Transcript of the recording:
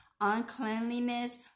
uncleanliness